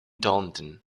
taunton